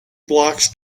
blocks